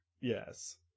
Yes